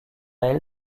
elle